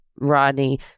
Rodney